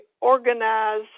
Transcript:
organize